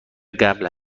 قبل